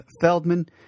Feldman